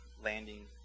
landing